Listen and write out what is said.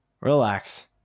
Relax